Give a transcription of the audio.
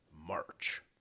March